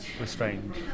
restrained